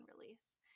release